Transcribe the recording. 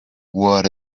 what